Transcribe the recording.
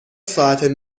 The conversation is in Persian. ساعت